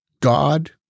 God